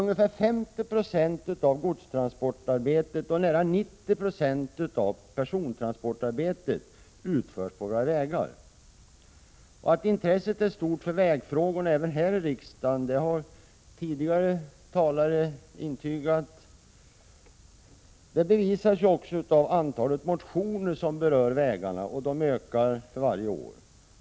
Ungefär 50 20 av godstransportarbetet och nära 90 26 av persontransportarbetet utförs på vägarna. Att intresset för vägfrågorna är stort även här i riksdagen har talare tidigare intygat, och det bevisas av att antalet motioner som berör vägarna ökar för varje år.